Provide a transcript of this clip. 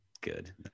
good